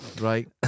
Right